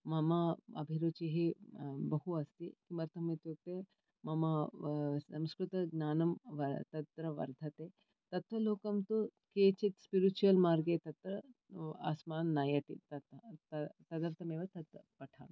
मम अभिरुचिः बहु अस्ति किमर्थम् इत्युक्ते मम संस्कृतज्ञानं तत्र वर्धते तत्त्वलोकं तु केचित् स्पिरिच्युवल् मार्गे तत्र अस्मान् नयति तता त तदर्थमेव तत् पठामि